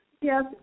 Yes